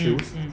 mm mm